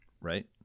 right